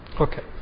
Okay